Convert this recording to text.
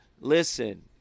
listen